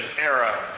era